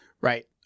Right